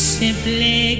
simply